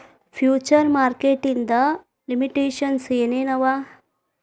Future market ಇಂದ್ limitations ಏನ್ ಏನವ?